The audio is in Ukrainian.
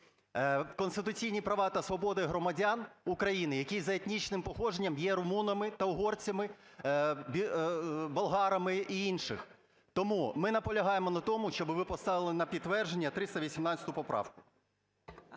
конституційні права та свободи громадян України, які за етнічним походженням є румунами та угорцями, болгарами, і інших. Тому ми наполягаємо на тому, щоби ви поставили на підтвердження 318 поправку.